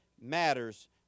matters